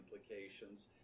implications